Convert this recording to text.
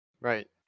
Right